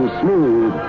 smooth